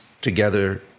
together